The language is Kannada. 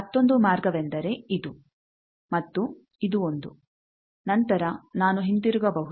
ಮತ್ತೊಂದು ಮಾರ್ಗವೆಂದರೆ ಇದು ಮತ್ತು ಇದು ಒಂದು ನಂತರ ನಾನು ಹಿಂತಿರುಗಬಹುದು